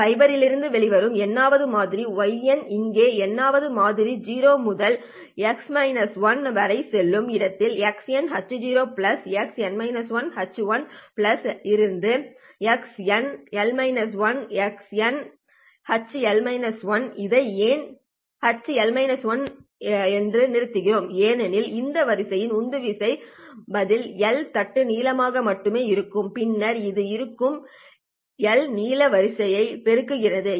ஃபைபரிலிருந்து வெளியேறும் n வது மாதிரி y இங்கே n வது மாதிரி 0 முதல் n 1 வரை செல்லும் இடத்தில் x h x h X n h இதை ஏன் h என்று நிறுத்துகிறோம் ஏனெனில் இந்த வரிசையின் உந்துவிசை பதில் L தட்டு நீளமாக மட்டுமே இருக்கும் பின்னர் அது இருக்கும் எல் நீள வரிசையை பெருக்குகிறது